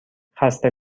خسته